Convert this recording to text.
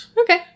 Okay